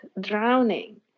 drowning